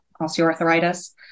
osteoarthritis